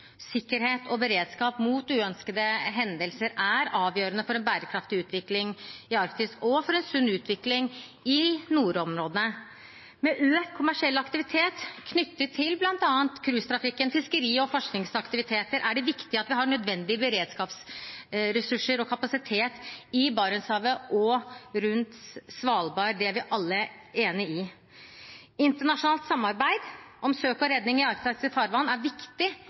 sikkerhet og beredskap mot uønskede hendelser er avgjørende for en bærekraftig utvikling i Arktis og en sunn utvikling i nordområdene. Med økt kommersiell aktivitet knyttet til bl.a. cruisetrafikken, fiskeri og forskningsaktiviteter er det viktig at vi har nødvendige beredskapsressurser og -kapasitet i Barentshavet og rundt Svalbard. Det er vi alle enig i. Internasjonalt samarbeid om søk og redning i arktiske farvann er viktig